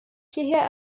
hierher